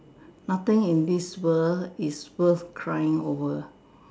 nothing in this world is worth trying over